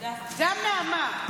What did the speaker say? גם נעמה.